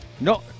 No